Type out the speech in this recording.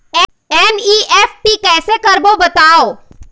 NEFT कैसे करबो बताव?